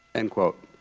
end quote.